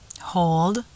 Hold